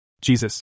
Jesus